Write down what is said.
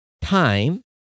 Time